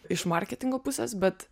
iš marketingo pusės bet